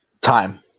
Time